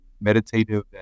meditative